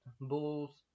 Bulls